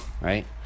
right